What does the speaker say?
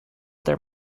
their